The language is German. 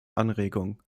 anregung